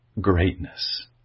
greatness